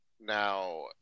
now